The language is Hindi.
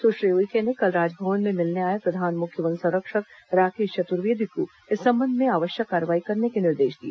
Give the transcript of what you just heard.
सुश्री उइके ने कल राजभवन में मिलने आए प्रधान मुख्य वन संरक्षक राकेश चतुर्वेदी को इस संबंध में आवश्यक कार्रवाई करने के निर्देश दिए